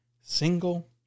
single